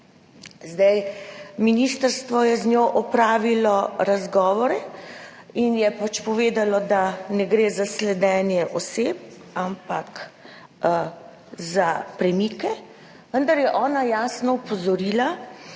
Ministrstvo je z njo opravilo razgovore in je povedalo, da ne gre za sledenje osebam, ampak za premike, vendar je ona jasno opozorila,